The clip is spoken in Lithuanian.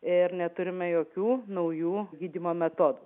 ir neturime jokių naujų gydymo metodų